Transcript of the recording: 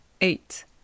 eight